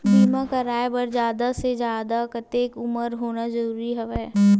बीमा कराय बर जादा ले जादा कतेक उमर होना जरूरी हवय?